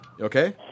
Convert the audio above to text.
Okay